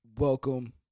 Welcome